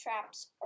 traps